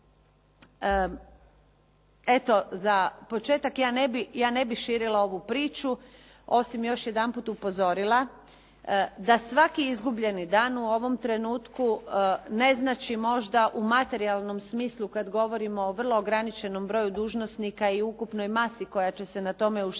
Eto, za početak ja ne bih širila ovu priču osim još jedanput upozorila da svaki izgubljeni dan u ovom trenutku ne znači možda u materijalnom smislu kad govorimo o vrlo ograničenom broju dužnosnika i ukupnoj masi koja će se na tome uštedjeti,